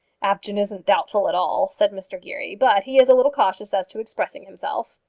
apjohn isn't doubtful at all, said mr geary, but he is a little cautious as to expressing himself.